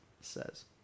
says